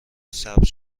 ثبت